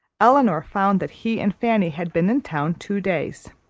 elinor found that he and fanny had been in town two days.